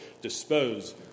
dispose